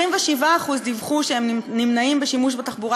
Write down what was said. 27% דיווחו שהם נמנעים משימוש בתחבורה